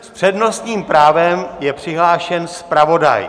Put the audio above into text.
S přednostním právem je přihlášen zpravodaj!